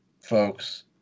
folks